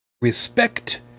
respect